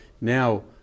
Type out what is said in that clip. now